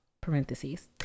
parentheses